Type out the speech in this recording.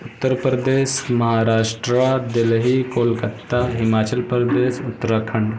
Uttar Pradesh Maharashtra Delhi Kolkata Himachal Pradesh Uttarakhand